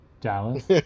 Dallas